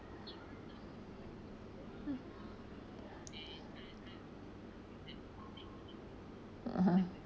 (uh huh)